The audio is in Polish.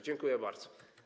Dziękuję bardzo.